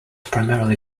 primarily